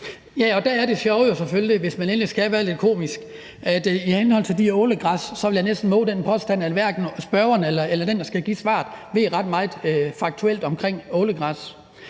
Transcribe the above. jo selvfølgelig, hvis man endelig skal være lidt komisk, at i forhold til det ålegræs vil jeg næsten vove den påstand, at hverken spørgeren eller den, der skal give svaret, ved ret meget faktuelt om ålegræs.